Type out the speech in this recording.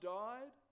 died